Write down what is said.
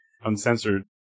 uncensored